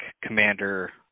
commander